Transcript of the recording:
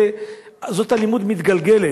זאת אלימות מתגלגלת.